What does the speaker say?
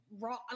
raw